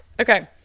okay